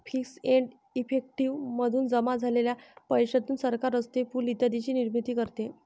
fees and effective मधून जमा झालेल्या पैशातून सरकार रस्ते, पूल इत्यादींची निर्मिती करते